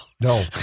No